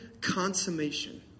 consummation